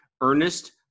Ernest